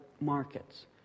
markets